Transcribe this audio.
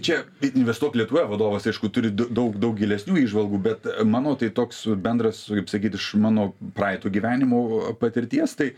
čia investuok lietuvoje vadovas aišku turi daug daug gilesnių įžvalgų bet mano tai toks bendras kaip sakyt iš mano praeito gyvenimo patirties tai